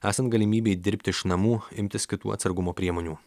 esant galimybei dirbt iš namų imtis kitų atsargumo priemonių